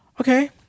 okay